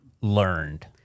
learned